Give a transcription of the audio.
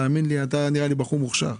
תאמין לי, אתה נראה לי בחור מוכשר.